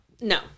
No